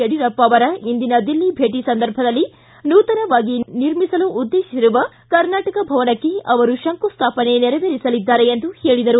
ಯಡಿಯೂರಪ್ಪ ಅವರ ಇಂದಿನ ದಿಲ್ಲಿ ಭೇಟಿ ಸಂದರ್ಭದಲ್ಲಿ ನೂತನವಾಗಿ ನಿರ್ಮಿಸಲು ಉದ್ದೇಶಿಸಿರುವ ಕರ್ನಾಟಕ ಭವನಕ್ಕೆ ಅವರು ಶಂಕುಸ್ಟಾಪನೆ ನೆರವೇರಿಸಲಿದ್ದಾರೆ ಎಂದು ಹೇಳಿದರು